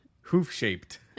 Hoof-shaped